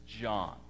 John